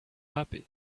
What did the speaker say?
happy